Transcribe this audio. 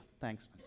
thanks